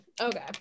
Okay